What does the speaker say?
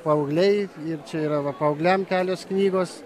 paaugliai ir čia yra va paaugliam kelios knygos